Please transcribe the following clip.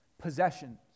possessions